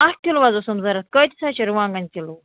اَکھ کِلوٗ حظ اوسُم ضروٗرت کۭتِس حظ چھُ رُوانٛگَن کِلوٗ